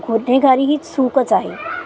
गुन्हेगारी ही चूकच आहे